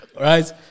right